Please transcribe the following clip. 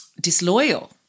disloyal